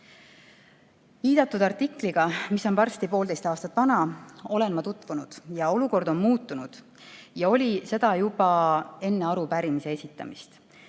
Viidatud artikliga, mis on varsti poolteist aastat vana, olen ma tutvunud. Olukord on muutunud ja oli seda juba enne arupärimise esitamist.